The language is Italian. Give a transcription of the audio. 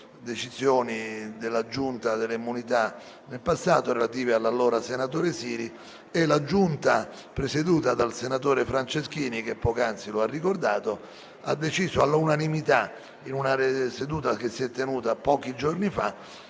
decisioni della Giunta delle immunità parlamentari relative all'allora senatore Siri. La Giunta, presieduta dal senatore Franceschini, il quale lo ha ricordato poco fa, ha deciso all'unanimità, in una seduta che si è tenuta pochi giorni fa,